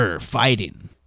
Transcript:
fighting